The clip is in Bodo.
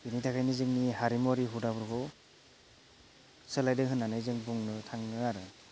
बेनि थाखायनो जोंनि हारिमुआरि हुदाफोरखौ सोलायदों होननानै जों बुंनो थाङो आरो